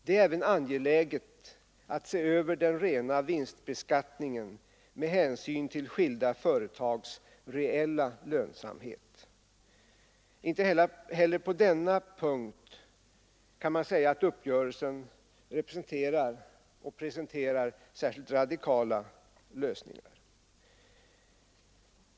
Det är även angeläget att se över den rena vinstbeskattningen med hänsyn till skilda företags reella lönsamhet. Inte heller på denna punkt har uppgörelsen presenterat särskilt radikala lösningar.